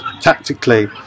tactically